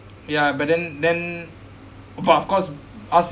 ya but then then but of course I was